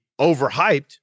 overhyped